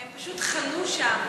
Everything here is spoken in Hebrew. הם פשוט חנו שם